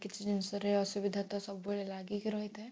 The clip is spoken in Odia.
କିଛି ଜିନିଷରେ ଅସୁବିଧା ତ ସବୁବେଳେ ଲାଗିକି ରହିଥାଏ